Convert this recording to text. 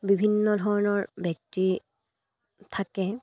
বিভিন্ন ধৰণৰ ব্যক্তি থাকে